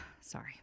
Sorry